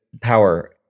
power